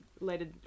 later